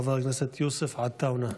חבר הכנסת יוסף עטאונה.